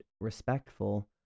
respectful